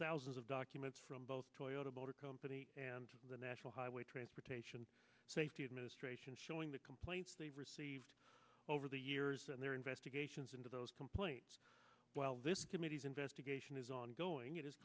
thousands of documents from both boyle to motor company and the national highway transportation safety administration showing the complaints they received over the years and their investigations into those complaints while this committee's investigation is ongoing it